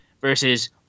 versus